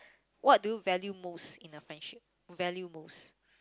what do you value most in a friendship value most